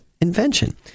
invention